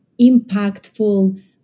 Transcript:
impactful